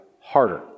harder